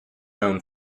own